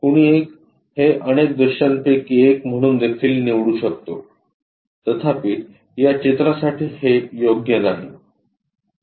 कुणी एक हे अनेक दृश्यापैकी एक म्हणून देखील निवडू शकतो तथापि या चित्रासाठी हे योग्य नाही